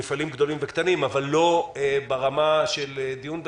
לפחות לא ברמה של דיון פרטני.